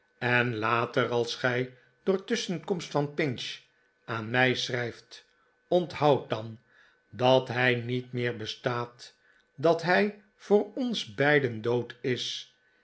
en later als gij door tusschenkomst van pinch aan mij schrijft onthoud dan dat hij niet meer bestaat dat hij voor ons beiden dood is